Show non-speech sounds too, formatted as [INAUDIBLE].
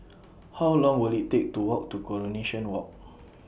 [NOISE] How Long Will IT Take to Walk to Coronation Walk [NOISE]